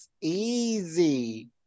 easy